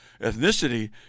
ethnicity